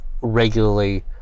regularly